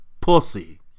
Pussy